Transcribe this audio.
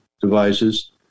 devices